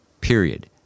period